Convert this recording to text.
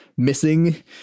missing